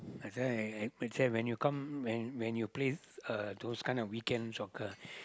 that's why I say when you come when when you play uh those kind of weekend soccer